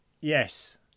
Yes